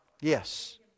Yes